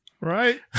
Right